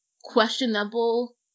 questionable